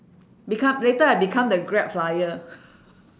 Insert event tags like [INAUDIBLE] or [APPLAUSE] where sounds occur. become later I become the grab flyer [LAUGHS]